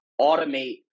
automate